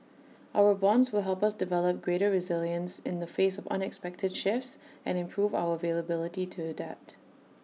our bonds will help us develop greater resilience in the face of unexpected shifts and improve our availability to adapt